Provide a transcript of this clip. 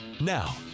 now